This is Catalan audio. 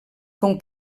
com